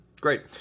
Great